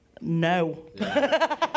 no